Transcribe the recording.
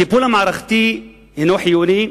הטיפול המערכתי הינו חיוני,